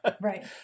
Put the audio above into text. Right